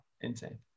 insane